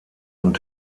und